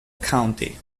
county